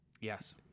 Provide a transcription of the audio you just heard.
Yes